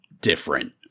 different